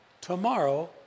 tomorrow